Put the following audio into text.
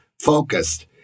focused